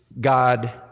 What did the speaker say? God